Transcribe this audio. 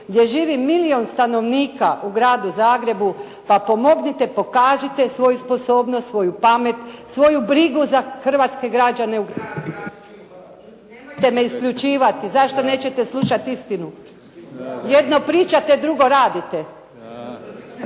gdje živi milijun stanovnika u Gradu Zagrebu pa pomognite, pokažite svoju sposobnost, svoju pamet, svoju brigu za hrvatske građane … /Govornica je isključena pa ponovo uključena./ … Nemojte me isključivati. Zašto nećete slušati istinu? Jedno pričate, drugo radite.